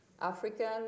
African